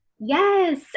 Yes